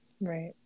Right